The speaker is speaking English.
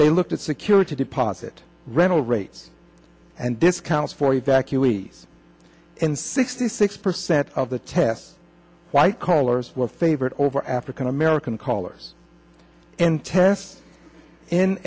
they looked at security deposit rental rates and discounts for evacuees in sixty six percent of the tests white collars were favored over african american callers in tests in